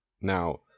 Now